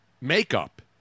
Makeup